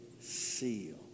Seal